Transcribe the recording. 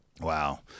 Wow